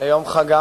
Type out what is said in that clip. ביום חגם,